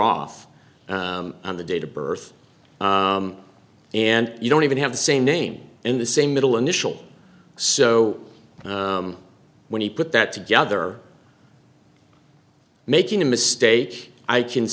off on the date of birth and you don't even have the same name and the same middle initial so when he put that together making a mistake i can